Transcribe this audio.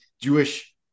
Jewish